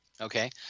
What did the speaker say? Okay